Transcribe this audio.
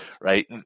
right